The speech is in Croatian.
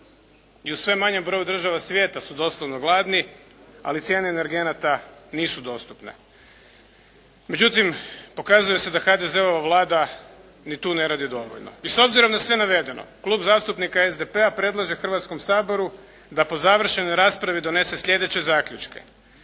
i u sve manjem broju država svijeta su doslovno gladni, ali cijene energenata nisu dostupne. Međutim, pokazuje se da HDZ-ova Vlada ni tu ne radi dovoljno i s obzirom na sve navedeno Klub zastupnika SDP-a predlaže Hrvatskom saboru da po završenoj raspravi donese sljedeće zaključke.